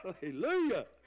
Hallelujah